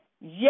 Yes